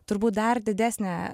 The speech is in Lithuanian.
turbūt dar didesnė